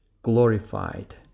glorified